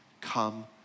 come